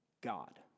God